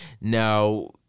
Now